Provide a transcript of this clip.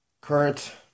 current